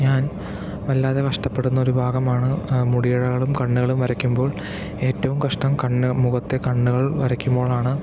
ഞാൻ വല്ലാതെ കഷ്ടപ്പെടുന്ന ഒരു ഭാഗമാണ് മുടിയിഴകളും കണ്ണുകളും വരയ്ക്കുമ്പോൾ ഏറ്റവും കഷ്ടം കണ്ണ് മുഖത്തെ കണ്ണുകൾ വരയ്ക്കുമ്പോളാണ്